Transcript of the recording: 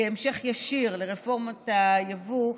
בהמשך ישיר לרפורמת היבוא,